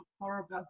horrible